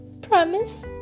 Promise